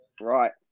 Right